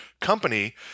company